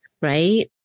right